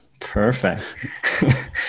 Perfect